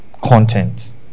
content